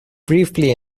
briefly